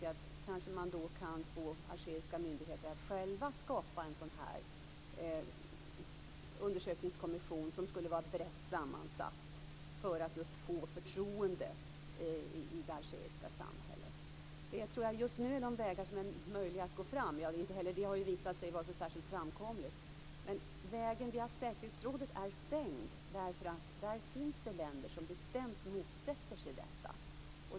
Då kan man kanske få algeriska myndigheter att själva tillsätta en undersökningskommission som har en bred sammansättning för att den skulle få förtroende i det algeriska samhället. Just nu är det den väg som har visat sig möjlig att gå fram på. Visserligen har den inte varit så särskilt framkomlig, men vägen till säkerhetsrådet är stängd. Där finns det länder som bestämt motsätter sig detta.